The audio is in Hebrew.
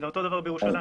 זה אותו דבר בירושלים.